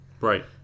Right